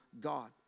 God